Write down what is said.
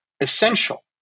essential